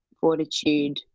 fortitude